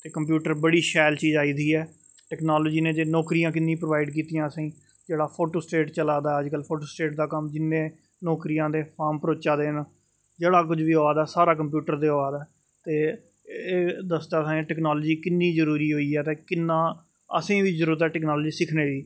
ते कंप्यूटर बड़ी शैल चीज आई दी ऐ टैक्नालोजी नै जे नौकरियां किन्नियां प्रोवाइड कीतियां असेंई जेह्ड़ा फोटोस्टेट चला दा अज्ज कल फोटोस्टेट दा कम्म जि'नें नौकरियां दे फार्म भरोचा दे न जेह्ड़ा कुछ बी होआ सारा कुछ कंप्यूटर ते होआ दा ते एह् दस्सदा ऐटैक्नालजी किन्नी जरूरी होई ऐ ते किन्ना असेंई बी जरूरत ऐ टैक्नालजी सिक्खनें दी